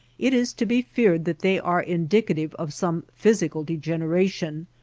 it is to be feared that they are indicative of some physical degeneration,